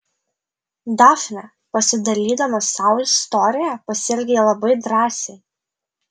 dafne pasidalydama savo istorija pasielgei labai drąsiai